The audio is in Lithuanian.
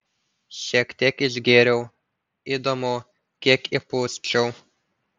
šiek tiek išgėriau įdomu kiek įpūsčiau